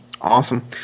awesome